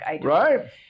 Right